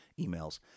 emails